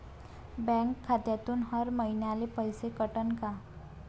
Bank खात्यातून हर महिन्याले पैसे कटन का?